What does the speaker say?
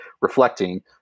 reflecting